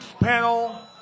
panel